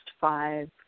five